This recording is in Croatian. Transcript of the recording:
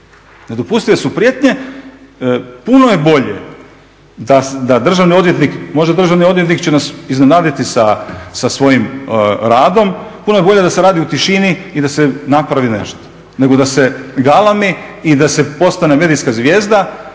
nedopustive su prijetnje. Puno je bolje da državni odvjetnik, možda državni odvjetnik će nas iznenaditi sa svojim radom, puno je bolje da se radi u tišini i da se napravi nešto nego da se galami i da se postane medijska zvijezda,